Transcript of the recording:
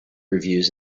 reviews